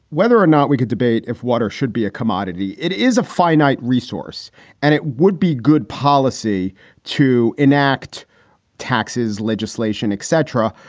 whether or not we could debate if water should be a commodity, it is a finite resource and it would be good policy to enact taxes, legislation, et cetera,